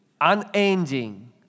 unending